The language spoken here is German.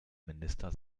minister